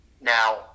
now